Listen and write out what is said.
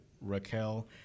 Raquel